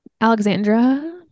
Alexandra